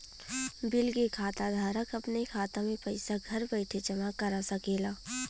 bill के खाता धारक अपने खाता मे पइसा घर बइठे जमा करा सकेला